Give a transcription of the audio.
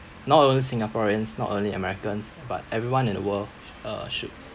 not only singaporeans not only americans but everyone in the world uh should